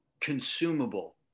consumable